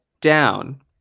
down